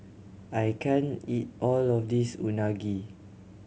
I can't eat all of this Unagi